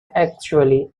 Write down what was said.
actually